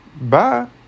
bye